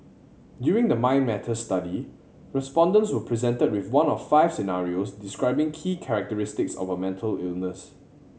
during the Mind Matters study respondents were presented with one of five scenarios describing key characteristics of a mental illness